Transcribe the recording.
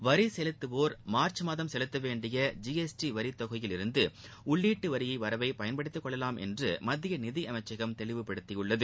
வரி செலுத்துவோர் மார்ச் மாதம் செலுத்த வேண்டிய ஜி எஸ் டி வரி தொகையில் இருந்து உள்ளீட்டு வரி வரவை பயன்படுத்தி கொள்ளலாம் என்று மத்திய நிதியமைச்சகம் தெளிவு படுத்தியுள்ளது